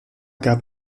gab